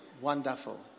wonderful